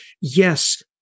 yes